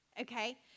okay